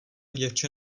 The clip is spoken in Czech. děvče